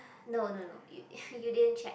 no no no you didn't check